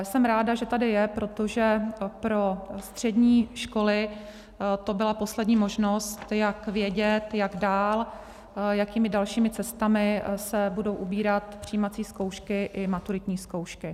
Jsem ráda, že tady je, protože pro střední školy to byla poslední možnost, jak vědět, jak dál, jakými dalšími cestami se budou ubírat přijímací zkoušky i maturitní zkoušky.